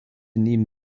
nehmen